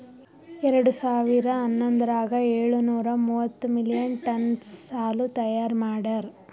ಎರಡು ಸಾವಿರಾ ಹನ್ನೊಂದರಾಗ ಏಳು ನೂರಾ ಮೂವತ್ತು ಮಿಲಿಯನ್ ಟನ್ನ್ಸ್ ಹಾಲು ತೈಯಾರ್ ಮಾಡ್ಯಾರ್